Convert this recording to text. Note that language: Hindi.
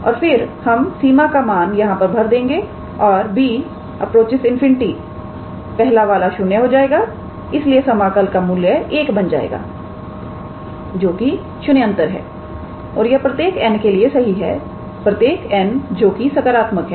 और फिर हम सीमा का मान यहां पर भर देंगे और जब 𝐵 →∞ पहला वाला 0 हो जाएगा इसलिए समाकल का मूल्य 1 बन जाएगा जोकि शून्येतर है और यह प्रत्येक n के लिए सही है प्रत्येक n जो कि सकारात्मक है